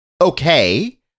okay